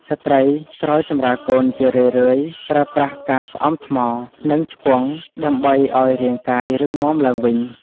ស្ត្រីក្រោយសម្រាលកូនជារឿយៗប្រើប្រាស់ការស្អំថ្ម និងឆ្ពង់ដើម្បីឱ្យរាងកាយរឹងមាំឡើងវិញ។